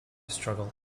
struggle